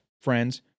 friends